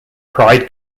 pride